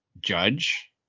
Judge